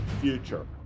future